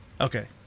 okay